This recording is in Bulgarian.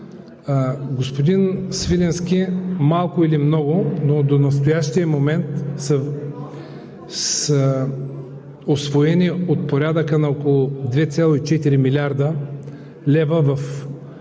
Господин Свиленски, малко или много, но до настоящия момент са усвоени от порядъка на около 2,4 млрд. лв. в